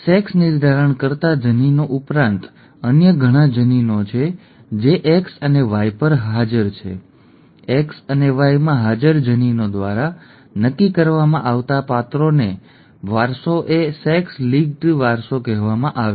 sex નિર્ધારણ કરતા જનીનો ઉપરાંત અન્ય ઘણા જનીનો છે જે X અને Y પર હાજર છે X અને Y માં હાજર જનીનો દ્વારા નક્કી કરવામાં આવતા પાત્રોનો વારસો એ સેક્સ લિંક્ડ વારસો કહેવામાં આવે છે